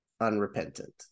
unrepentant